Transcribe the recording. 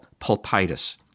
pulpitis